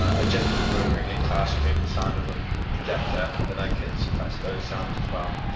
a gentle murmuring in class or maybe the sound of a projector, then i can suppress those sounds as well.